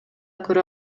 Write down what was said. көрө